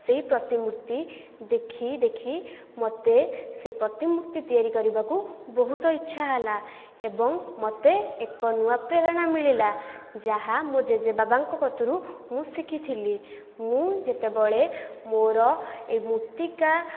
ସେହି ପ୍ରତିମୂର୍ତ୍ତି ଦେଖି ଦେଖି ମୋତେ ସେ ପ୍ରତିମୂର୍ତ୍ତି ତିଆରି କରିବାକୁ ବହୁତ ଇଚ୍ଛା ହେଲା ଏବଂ ମୋତେ ଏକ ନୂଆ ପ୍ରେରଣା ମିଳିଲା ଯାହା ମୋ ଜେଜେବାବାଙ୍କ କତୁରୁ ମୁଁ ଶିଖିଥିଲି ମୁଁ ଯେତେବେଳେ ମୋର ଏହି ମୂର୍ତ୍ତିକା